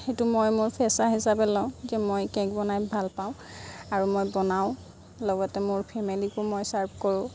সেইটো মই মোৰ পেচা হিচাপে ল'ম যে মই কে'ক বনাই ভাল পাওঁ আৰু মই বনাওঁ লগতে মোৰ ফেমিলিকো মই ছাৰ্ভ কৰোঁ